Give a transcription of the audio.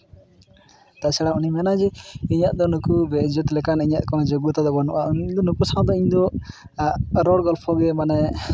ᱛᱟᱪᱷᱟᱲᱟ ᱩᱱᱤ ᱢᱮᱱᱟᱭ ᱡᱮ ᱤᱧᱟᱹᱜ ᱫᱚ ᱱᱩᱠᱩ ᱵᱮᱼᱤᱡᱽᱡᱚᱛᱤ ᱞᱮᱠᱟᱱ ᱤᱧᱟᱹᱜ ᱠᱚᱱᱳ ᱡᱳᱜᱽᱜᱚᱛᱟ ᱜᱮ ᱵᱟᱹᱱᱩᱜᱼᱟ ᱤᱧ ᱡᱩᱫᱤ ᱱᱩᱠᱩ ᱥᱟᱶᱛᱮ ᱤᱧ ᱫᱚ ᱨᱚᱲ ᱜᱚᱞᱯᱷᱚ ᱜᱮ ᱢᱟᱱᱮ